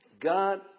God